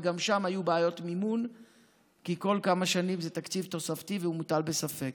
וגם שם היו בעיות מימון כי כל כמה שנים זה תקציב תוספתי והוא מוטל בספק.